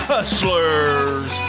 Hustlers